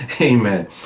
amen